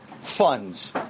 funds